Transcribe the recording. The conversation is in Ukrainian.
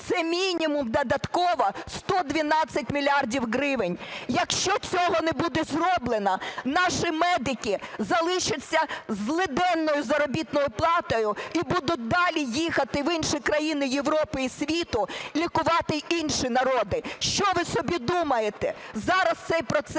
Це мінімум додатково 112 мільярдів гривень. Якщо цього не буде зроблено, наші медики залишаться із злиденною заробітною платою і будуть далі їхати в інші країни Європи і світу лікувати інші народи. Що ви собі думаєте? Зараз цей процес